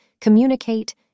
communicate